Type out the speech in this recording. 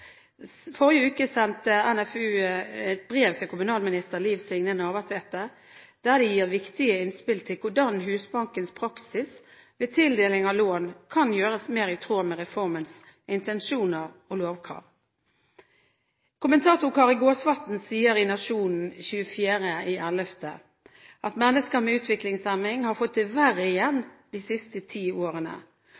Forrige uke sendte NFU et brev til kommunalminister Liv Signe Navarsete, der de gir viktige innspill til hvordan Husbankens praksis ved tildeling av lån kan gjøres mer i tråd med reformens intensjoner og lovkrav. Kommentator Kari Gåsvatn sier i Nationen den 25. november at mennesker med utviklingshemning har fått det verre igjen